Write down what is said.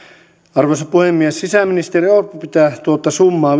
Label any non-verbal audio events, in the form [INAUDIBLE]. arvoisa puhemies sisäministeri orpo pitää tuota summaa [UNINTELLIGIBLE]